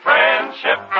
Friendship